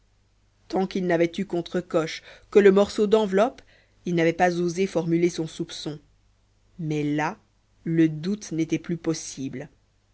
tant qu'il n'avait eu contre coche que le morceau d'enveloppe il n'avait pas osé formuler son soupçon mais là le doute n'était plus possible